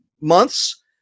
months